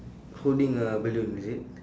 holding a balloon is it